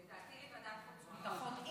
לדעתי, לוועדת החוץ והביטחון.